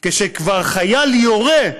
שכשכבר חייל יורה,